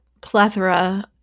plethora